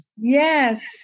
Yes